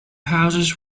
houses